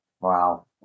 Wow